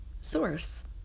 source